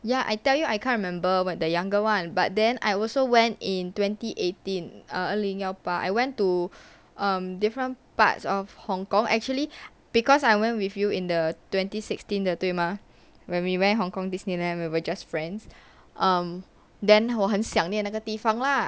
ya I tell you I can't remember what the younger one but then I also went in twenty eighteen uh 二零一八 I went to err different parts of hong-kong actually because I went with you in the twenty sixteen 的对吗 when we went hong-kong disneyland when we were just friends um then 我很想念那个地方 lah